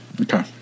Okay